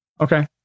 Okay